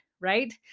right